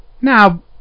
now